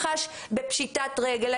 מח"ש בפשיטת רגל.